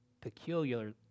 peculiar